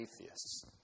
atheists